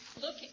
look